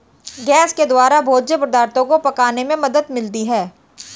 gas के द्वारा भोज्य पदार्थो को पकाने में मदद मिलती है